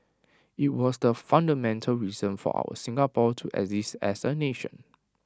IT was the fundamental reason for our Singapore to exist as A nation